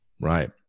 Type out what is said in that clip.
Right